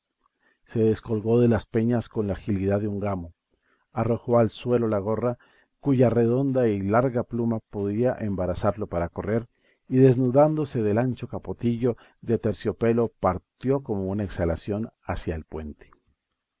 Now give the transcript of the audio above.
se descolgó de las peñas con la agilidad de un gamo arrojó al suelo la gorra cuya redonda y larga pluma podía embarazarlo para correr y desnudándose del ancho capotillo de terciopelo partió como una exhalación hacía el puente